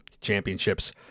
championships